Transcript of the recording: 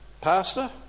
Pastor